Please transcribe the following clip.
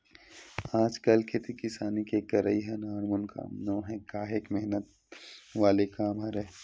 आजकल खेती किसानी के करई ह नानमुन काम नोहय काहेक मेहनत वाले काम हरय